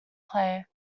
play